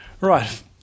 Right